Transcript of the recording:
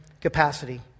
capacity